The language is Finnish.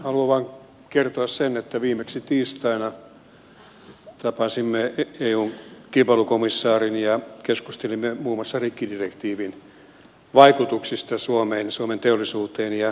haluan vaan kertoa sen että viimeksi tiistaina tapasimme eun kilpailukomissaarin ja keskustelimme muun muassa rikkidirektiivin vaikutuksista suomeen suomen teollisuuteen ja kilpailukykyyn